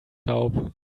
taub